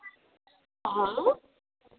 हां